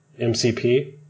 MCP